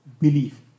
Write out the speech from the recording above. belief